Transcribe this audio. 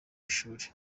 ishuri